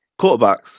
Quarterbacks